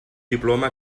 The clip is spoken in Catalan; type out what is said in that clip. diploma